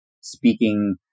speaking